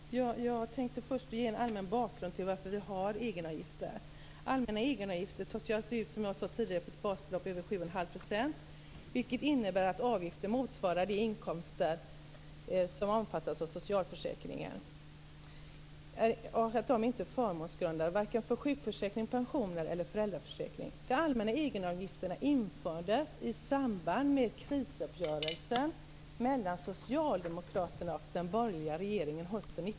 Herr talman! Jag tänkte först ge en allmän bakgrund till varför vi har egenavgifter. Allmänna egenavgifter tas, som jag sade tidigare, ut på ett basbelopp över 7 1⁄2 %, vilket innebär att avgiften motsvarar de inkomster som omfattas av socialförsäkringen.